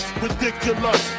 ridiculous